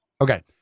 Okay